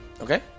Okay